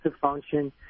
function